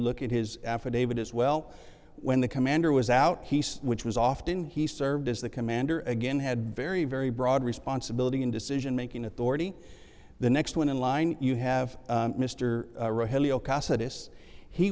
look at his affidavit as well when the commander was out which was often he served as the commander again had very very broad responsibility and decision making authority the next one in line you have